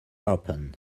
open